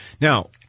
Now